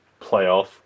playoff